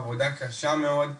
עבודה קשה מאוד,